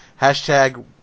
Hashtag